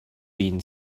been